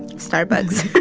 starbucks.